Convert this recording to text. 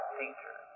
teacher